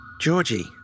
Georgie